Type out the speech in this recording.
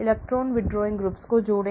electron withdrawing groups को जोड़ें